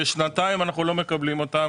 ושנתיים אנחנו לא מקבלים אותם,